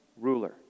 ruler